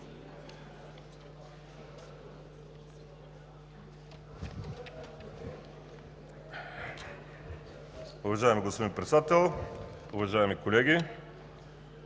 Уважаеми господин Председател, уважаеми колеги!